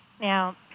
Now